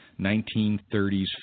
1930s